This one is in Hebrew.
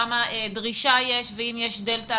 כמה דרישה יש ואם יש דלתא,